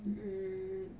mm